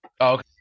Okay